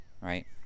Right